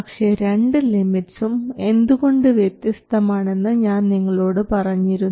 പക്ഷേ രണ്ട് ലിമിറ്റ്സും എന്തുകൊണ്ട് വ്യത്യസ്തമാണെന്ന് ഞാൻ നിങ്ങളോട് പറഞ്ഞിരുന്നു